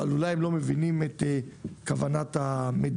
אבל אולי הם לא מבינים את כוונת המדינה.